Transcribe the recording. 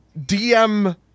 DM